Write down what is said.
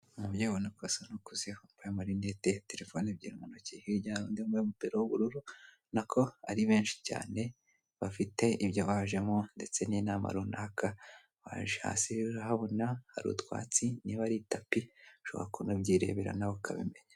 Umubyeyi ubona ko asa nukuze wambaye amarinete na telefone ebyiri mu ntoki hirya hari undi wambaye umupira w'ubururu, ubona ko ari benshi cyane bafite ibyo bajemo ndetse n'inama runaka baje, hasi rero urahabona hari utwatsi niba ari tapi ushobora kuna byirebera nawe ukabimenya.